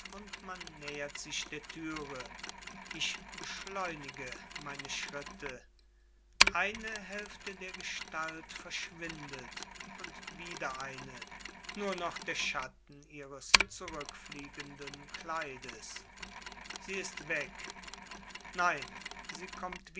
und man nähert sich der türe ich beschleunige meine schritte eine hälfte der gestalt verschwindet und wieder eine nur noch der schatten ihres zurückfliegenden kleides sie ist weg nein sie kommt